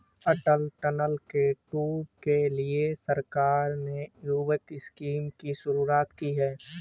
अटल tunnel के tour के लिए सरकार ने युवक स्कीम की शुरुआत की है